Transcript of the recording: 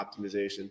optimization